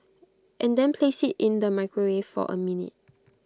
and then place IT in the microwave for A minute